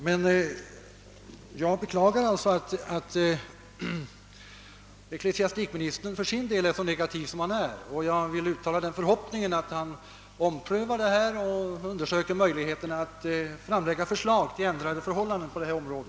Men jag beklagar att ecklesiastikministern är så negativ, och jag vill uttala en förhoppning om att han omprövar frågan och undersöker möjligheterna att framlägga förslag till ändrade förhållanden på detta område.